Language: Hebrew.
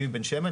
אני מבן שמן,